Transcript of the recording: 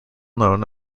known